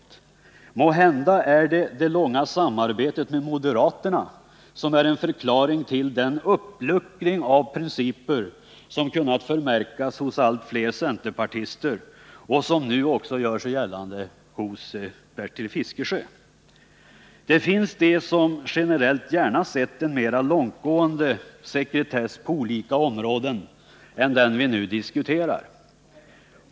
Måhända är det långa samarbetet med moderaterna en förklaring till den uppluckring av principer som kunnat förmärkas hos allt fler centerpartister och som nu också gör sig gällande hos Bertil Fiskesjö. Det finns de som generellt gärna sett en mera långtgående sekretess på olika områden än den vi nu diskuterar.